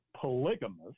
polygamous